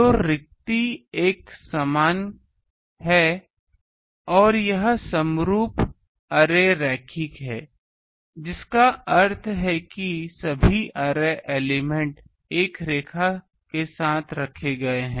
तो रिक्ति एक समान है यह समरूप अरे रैखिक है जिसका अर्थ है कि सभी अरे एलिमेंट् एक रेखा के साथ रखे गए हैं